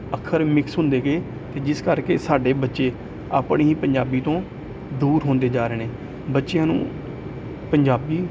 ਅੱਖਰ ਮਿਕਸ ਹੁੰਦੇ ਗਏ ਅਤੇ ਜਿਸ ਕਰਕੇ ਸਾਡੇ ਬੱਚੇ ਆਪਣੀ ਹੀ ਪੰਜਾਬੀ ਤੋਂ ਦੂਰ ਹੁੰਦੇ ਜਾ ਰਹੇ ਨੇ ਬੱਚਿਆਂ ਨੂੰ ਪੰਜਾਬੀ